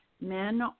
men